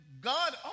God